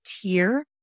tier